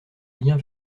lien